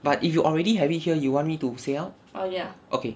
but if you already have it here you want me to say out okay